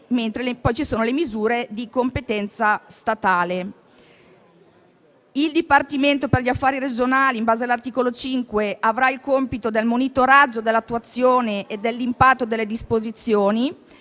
poi ci sono le misure di competenza statale. Il Dipartimento per gli affari regionali, in base all'articolo 5, avrà il compito del monitoraggio dell'attuazione e dell'impatto delle disposizioni,